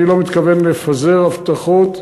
אני לא מתכוון לפזר הבטחות.